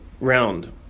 round